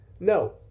No